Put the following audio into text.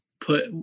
put